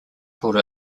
called